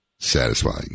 Satisfying